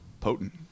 potent